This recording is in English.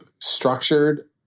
structured